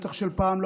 בטח של פעם,